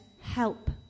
help